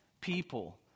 people